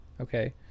okay